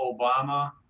Obama